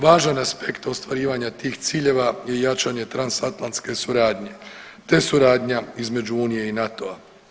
Važan aspekt ostvarivanja tih ciljeva je jačanje transatlantske suradnje, te suradnja između unije i NATO-a.